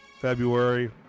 February